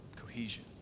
Cohesion